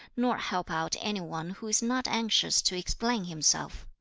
nor help out any one who is not anxious to explain himself.